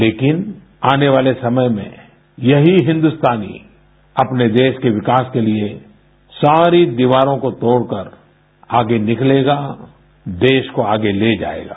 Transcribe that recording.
लेकिन आने वाले समय में यही हिन्दुस्तानी अपने देश के विकास के लिए सारी दीवारों को तोड़कर आगे निकलेगा देश को आगे ले जायेगा